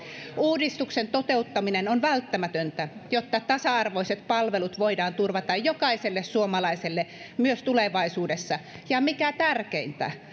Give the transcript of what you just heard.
uudistuksen toteuttaminen on välttämätöntä jotta tasa arvoiset palvelut voidaan turvata jokaiselle suomalaiselle myös tulevaisuudessa ja mikä tärkeintä